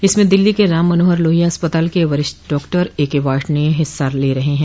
इसमें दिल्ली के राम मनोहर लोहिया अस्पताल के वरिष्ठ डॉक्टर एके वाषणेय हिस्सा ले रहे हैं